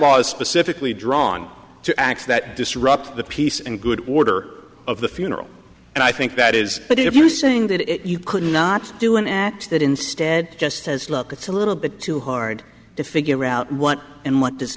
was specifically drawn to acts that disrupt the peace and good order of the funeral and i think that is but if you saying that it you could not do an act that instead just says look it's a little bit too hard to figure out what and what does